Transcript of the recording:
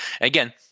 Again